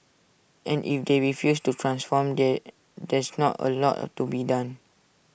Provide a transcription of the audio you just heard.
and if they refuse to transform the there's not A lot to be done